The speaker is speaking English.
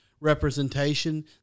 representation